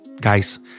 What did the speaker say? guys